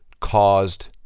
caused